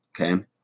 Okay